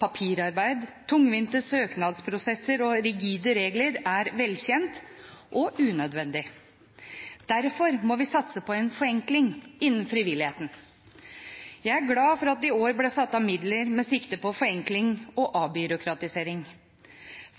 Papirarbeid, tungvinte søknadsprosesser og rigide regler er velkjent og unødvendig. Derfor må vi satse på en forenkling innenfor frivilligheten. Jeg er glad for at det i år ble satt av midler med sikte på forenkling og avbyråkratisering.